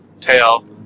tail